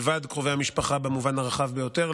מלבד לקרובי משפחה במובן הרחב ביותר,